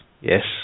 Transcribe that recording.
yes